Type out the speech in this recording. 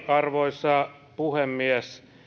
arvoisa puhemies